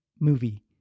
movie